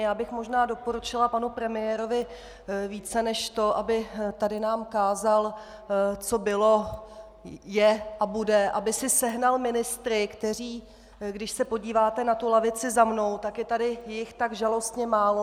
Já bych možná doporučila panu premiérovi více než to, aby tady nám kázal, co bylo, je a bude, aby si sehnal ministry, kteří když se podíváte na tu lavici za mnou, tak je jich tady tak žalostně málo.